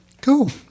Cool